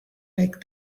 like